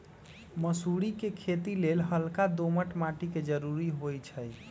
मसुरी कें खेति लेल हल्का दोमट माटी के जरूरी होइ छइ